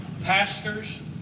pastors